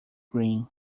grin